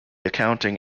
accounting